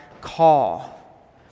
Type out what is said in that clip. call